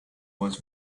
was